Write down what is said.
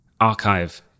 archive